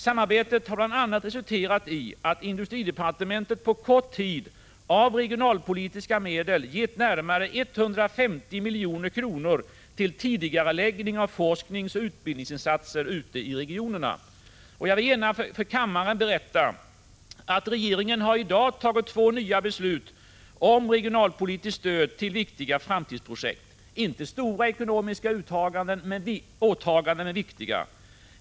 Samarbetet har bl.a. resulterat i att industridepartementet på kort tid av regionalpolitiska medel gett närmare 150 milj.kr. till tidigareläggning av forskningsoch utbildningsinsatser ute i regionerna. Jag vill gärna för kammaren berätta att regeringen i dag har tagit två nya beslut om regionalpolitiskt stöd till viktiga framtidsprojekt. Det är inte stora ekonomiska åtaganden men viktiga.